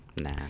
Nah